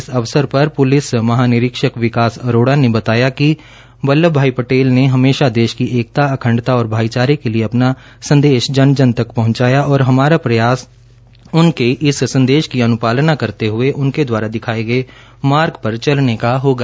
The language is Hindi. इस अवसर पर पुलिस महानिरीक्षक विकास अरोड़ा ने कहाकि बेल्लभ भाई भटेल ने हमेशा देश की एकता अखंडता और भाईचारे के लिए अपना संदेश जन जन तक पहंचाया और हमारा प्रयास उनके इस संदेश की अनुपालना करते हुए उनके द्वारा दिखाए गए मार्ग पर चलने का होगा